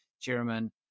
Chairman